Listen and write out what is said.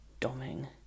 doming